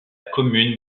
commune